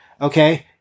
okay